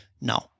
No